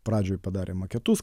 pradžioj padarė maketus